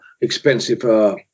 expensive